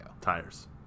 Tires